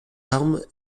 armes